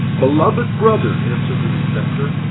beloved brother, answered the receptor,